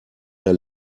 der